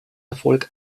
erfolg